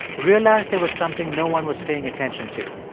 realized there was something no one was paying attention to.